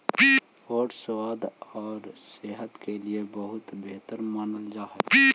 oats स्वाद और सेहत के लिए बहुत बेहतर मानल जा हई